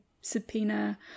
subpoena